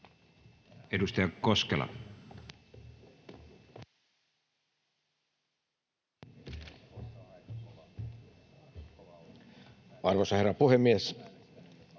Edustaja Koskela. Arvoisa herra puhemies!